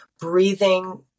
breathing